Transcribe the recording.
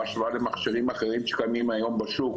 בהשוואה למכשירים אחרים שקיימים היום בשוק